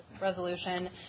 resolution